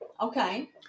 Okay